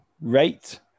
rate